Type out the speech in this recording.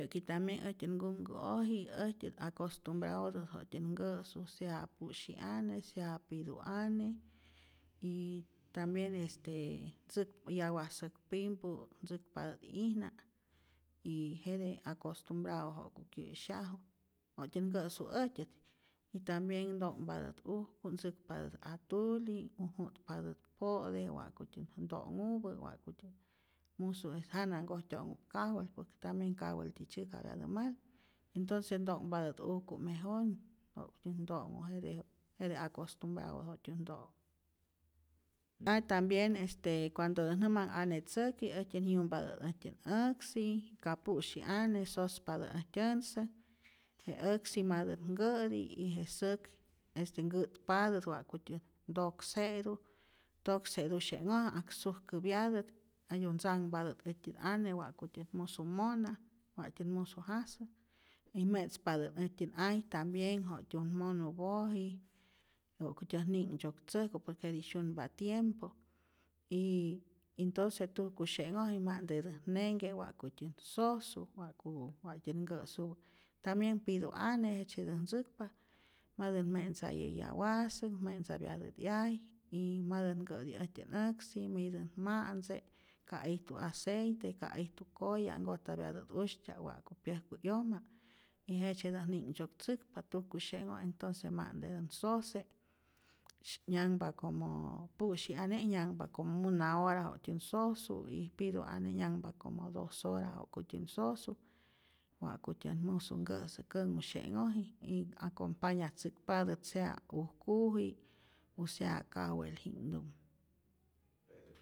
Yäki tambien äjtyä mkumku'oji äjtyät acostumbraotät wa'ktyän nkä'su sea pu'syiane, sea pituane, y tambien este tzäk yawa säk pimpu ntzäkpatä'ijna y jete acostumbrado ja'ku kyä'syaju, wa'tyän nkä'su äjtyät y tambien nto'nhpatät ujku ntzäkpatät atuli, o ju'tpatä't po'te wa'kutyän nto'nhupä, wa'kutyät musu jana nkojtyo'nhu'p kajwel, por que tambien kajwelti tzyäjkapyatä mal, entonce nto'nhpatät ujku, mejor wa'kutyät nto'nhu jete, jete acostumbrado wa'kutyät nto'nhu, a tambien cuandotän nä manhu ane tzäki äjtyän yumpatät äjtyän äksi, ka pu'syi ane, sospatä äjtyä säk, je äksi matät nkä'ti y je säk este nkä'patät wa'kutyät ntokse'tu, tokse'tusye'nhoj ak sujkäpyatät ayoj ntzanpatät äjtyä ane wa'kutyät musu mona, wa'tyä't musu jasä y me'tzpatät äjtyä ay tambien wa'tyät monupoji, wa'kutyät ni'nhtzyok tzäjku por que jetij syunpa tiempo y entonce tujkusye'nhoj ma'ntetä't nenhke wa'kutyän sosu, wa'ku wa'ktyän nkä'supä, tambien piduane jejtzyetät ntzäkpa matät me'ntzaye yawasäk, me'ntzapyatät 'yay, y matät nkä'ti äjtyä aksi, mität ma'ntze, ka ijtu aceite, ka ijtu koya nkojtapyatät usytya'p wa'ku pyajku 'yoma y jejtzyetät ni'knhtzyok tzäkpa, tujkusye'nhoj entonce ma'ntetan sose, nyanhpa como pu'syiane' nyanhpa como una hora waktyän sosu y pitu'ane' nyanhpa como dos hora wa'kutyän sosu, wa'kutyän musu nkä'sä känhusye'oji y acompanyatzäkpatä sea ujkupi'k u sea kajwelji'knhtumä.